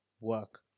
work